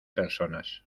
personas